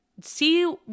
see